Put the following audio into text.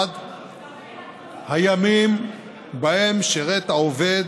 1. הימים שבהם שירת העובד